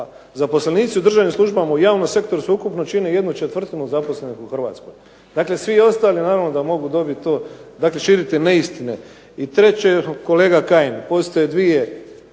zaposlenici u državnim službama u javnom sektoru, čine ¼ zaposlenih u Hrvatskoj, dakle svi ostali da mogu dobiti to, širite neistine. I treće kolega Kajin postoje dvije